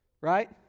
right